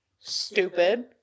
stupid